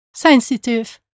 sensitive